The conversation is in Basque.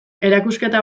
erakusketa